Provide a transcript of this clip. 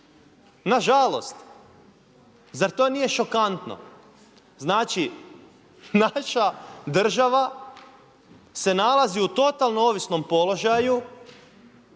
Nažalost. Zar to nije šokantno? Znači naša država se nalazi u totalno ovisnom položaju,